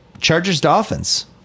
Chargers-Dolphins